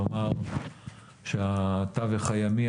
כלומר שבתווך הימי,